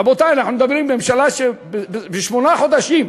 רבותי, אנחנו מדברים על ממשלה של שמונה חודשים.